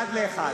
אחד לאחד.